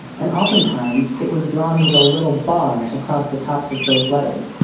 and often times, it was drawn with a little bar across the tops of both letters,